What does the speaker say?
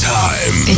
time